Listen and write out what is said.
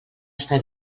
està